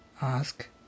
ask